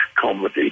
comedy